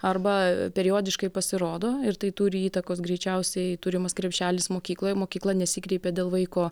arba periodiškai pasirodo ir tai turi įtakos greičiausiai turimas krepšelis mokyklai mokykla nesikreipė dėl vaiko